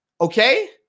okay